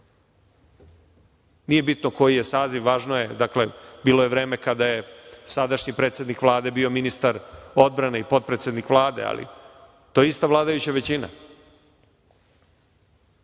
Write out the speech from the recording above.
Nije bitno koji je saziv, bilo je vreme kada je sadašnji predsednik Vlade bio ministar odbrane i potpredsednik Vlade, ali to je ista vladajuća većina.U